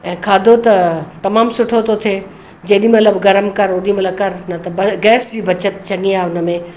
ऐं खाधो त तमामु सुठो थो थिए जेॾीमहिल गर्म कर ओॾीमहिल कर न त गैस जी बचत चङी आहे हुनमें